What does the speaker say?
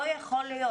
לא יכול להיות.